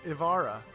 Ivara